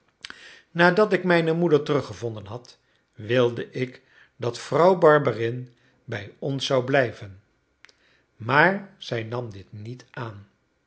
nadat ik mijne moeder teruggevonden had wilde ik dat vrouw barberin bij ons zou blijven maar zij nam dit niet aan